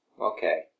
Okay